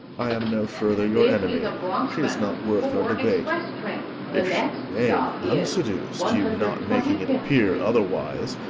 i am no further your enemy she is not worth our debate if she remain unseduc'd, you not making it appear otherwise,